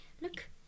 Look